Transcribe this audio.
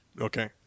Okay